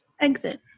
Exit